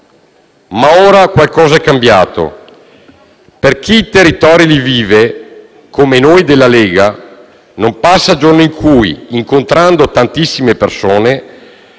Ma ora qualcosa è cambiato. Per chi i territori li vive - come noi della Lega - non passa giorno in cui, incontrando tantissime persone,